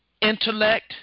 intellect